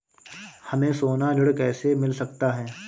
हमें सोना ऋण कैसे मिल सकता है?